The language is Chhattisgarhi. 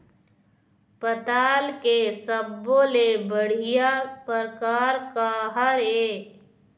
पताल के सब्बो ले बढ़िया परकार काहर ए?